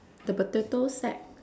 the potato sack